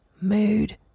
mood